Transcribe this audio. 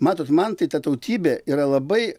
matot man tai ta tautybė yra labai